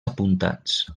apuntats